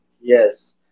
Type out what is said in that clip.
Yes